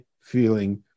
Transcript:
feeling